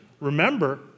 Remember